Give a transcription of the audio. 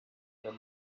their